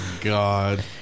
God